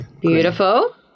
Beautiful